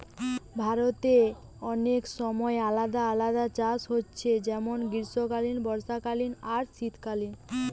ভারতে অনেক সময় আলাদা আলাদা চাষ হচ্ছে যেমন গ্রীষ্মকালীন, বর্ষাকালীন আর শীতকালীন